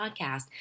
podcast